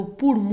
por